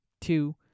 Two